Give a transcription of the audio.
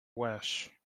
wish